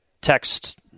text